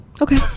Okay